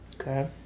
Okay